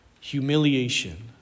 humiliation